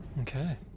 Okay